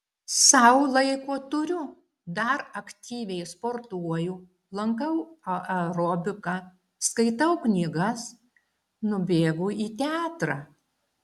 sau laiko turiu dar aktyviai sportuoju lankau aerobiką skaitau knygas nubėgu į teatrą